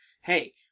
Hey